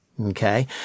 Okay